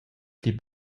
pli